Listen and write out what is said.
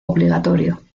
obligatorio